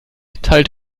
teilt